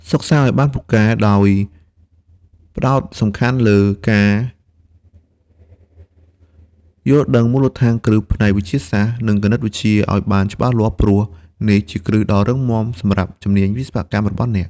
សិក្សាឲ្យបានពូកែ ដោយផ្តោតសំខាន់លើការ យល់ដឹងមូលដ្ឋានគ្រឹះផ្នែកវិទ្យាសាស្ត្រ និងគណិតវិទ្យាឲ្យបានច្បាស់លាស់ព្រោះនេះជាគ្រឹះដ៏រឹងមាំសម្រាប់ជំនាញវិស្វកម្មរបស់អ្នក។